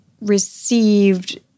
received